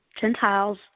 Gentiles